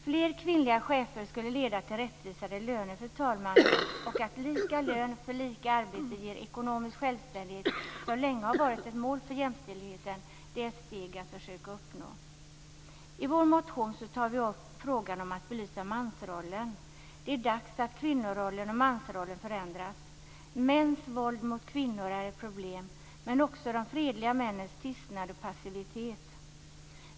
Fler kvinnliga chefer skulle leda till rättvisare löner, fru talman. Lika lön för lika arbete ger ekonomisk självständig. Det har länge varit ett mål för jämställdheten och är ett steg att försöka uppnå. I vår motion tar vi upp frågan om att belysa mansrollen. Det är dags att kvinnorollen och mansrollen förändras. Mäns våld mot kvinnor är ett problem, men också de fredliga männens tystad och passivitet.